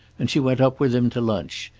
and she went up with him to lunch,